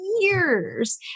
years